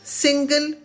single